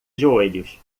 joelhos